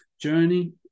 journey